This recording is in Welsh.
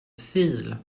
sul